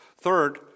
Third